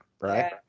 right